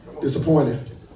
disappointed